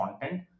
content